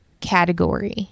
category